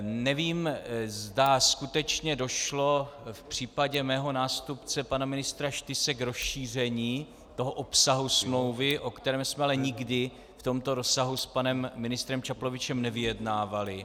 Nevím, zda skutečně došlo v případě mého nástupce pana ministra Štyse k rozšíření toho obsahu smlouvy, o kterém jsme ale nikdy v tomto rozsahu s panem ministrem Čaplovičem nevyjednávali.